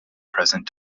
present